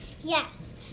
Yes